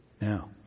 Now